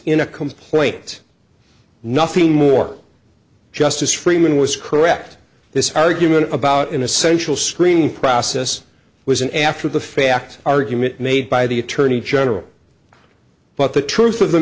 in a complaint nothing more just as freeman was correct this argument about an essential screening process was an after the fact argument made by the attorney general but the truth of the